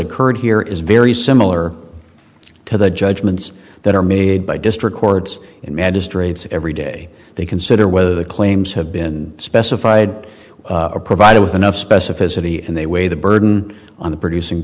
occurred here is very similar to the judgments that are made by district courts in magistrates every day they consider whether the claims have been specified or provided with enough specificity and they weigh the burden on the producing